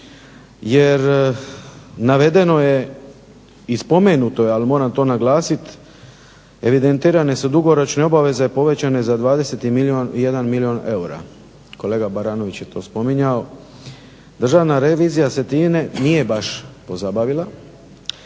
jer navedeno je i spomenuto je ali moram to naglasiti evidentirane su dugoročne obaveze povećane za 20 i 1 milijun eura. Kolega Baranović je to spominjao, državna revizija se time nije baš pozabavila,